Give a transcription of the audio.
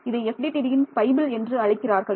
இதை FDTDயின் பைபிள் என்று அழைக்கிறார்கள்